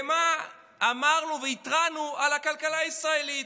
ומה אמרנו והתרענו על הכלכלה הישראלית.